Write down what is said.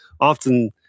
often